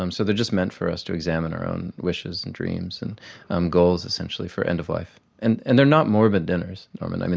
um so they are just meant for us to examine our own wishes and dreams and um goals essentially for end-of-life. and and they are not morbid dinners, norman,